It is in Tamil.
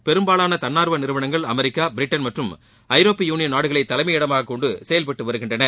பெரும்பாலான தன்னார்வ நிறுவனங்கள் அமெரிக்கா பிரிட்டன் மற்றும் ஐரோப்பிய யூனியன் நாடுகளை தலைமையிடமாக கொண்டு செயல்பட்டுவருகின்றன